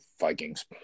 Vikings